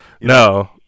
No